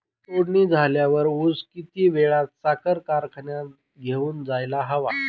तोडणी झाल्यावर ऊस किती वेळात साखर कारखान्यात घेऊन जायला हवा?